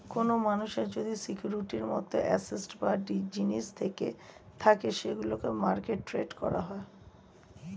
কোন মানুষের যদি সিকিউরিটির মত অ্যাসেট বা জিনিস থেকে থাকে সেগুলোকে মার্কেটে ট্রেড করা হয়